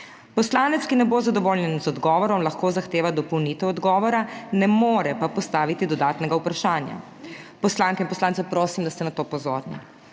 Poslanec, ki ne bo zadovoljen z odgovorom, lahko zahteva dopolnitev odgovora, ne more pa postaviti dodatnega vprašanja. Poslanke in poslance prosim, da ste na to pozorni.